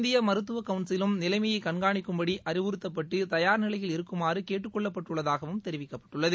இந்திய மருத்துவ கவுன்சிலும் நிலைமையை கண்காணிக்குப்படி அறிவுறுத்தப்பட்டு தயார் நிலையில் இருக்குமாறு கேட்டுக் கொள்ளப்பட்டுள்ளதாகவும் தெரிவிக்கப்பட்டுள்ளது